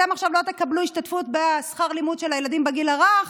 אתם עכשיו לא תקבלו השתתפות בשכר לימוד של הילדים בגיל הרך,